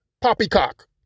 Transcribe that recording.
poppycock